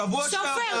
שבוע שעבר,